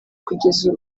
kugeza